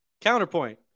Counterpoint